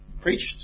preached